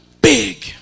Big